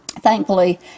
Thankfully